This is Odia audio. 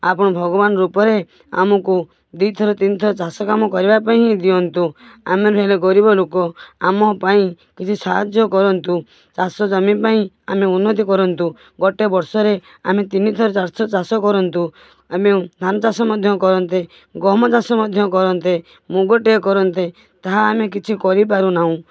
ଆପଣ ଭଗବାନ ରୂପରେ ଆମକୁ ଦୁଇ ଥର ତିନି ଥର ଚାଷ କାମ କରିବା ପାଇଁ ହିଁ ଦିଅନ୍ତୁ ଆମେ ହେଲୁ ଗରିବ ଲୋକ ଆମ ପାଇଁ କିଛି ସାହାଯ୍ୟ କରନ୍ତୁ ଚାଷ ଜମି ପାଇଁ ଆମେ ଉନ୍ନତି କରନ୍ତୁ ଗୋଟେ ବର୍ଷରେ ଆମେ ତିନି ଥର ଚାରି ଥର ଚାଷ କରନ୍ତୁ ଆମେ ଧାନ ଚାଷ ମଧ୍ୟ କରନ୍ତେ ଗହମ ଚାଷ ମଧ୍ୟ କରନ୍ତେ ମୁଗ ଟିଏ କରନ୍ତେ ତାହା ଆମେ କିଛି କରିପାରୁ ନାହୁଁ